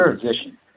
position